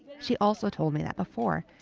she also told me that before,